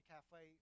Cafe